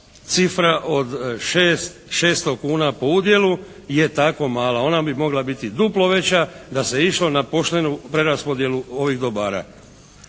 cifra od 600 kuna po udjelu je tako mala. Ona bi mogla biti duplo veća da se išlo na poštenu preraspodjelu ovih dobara.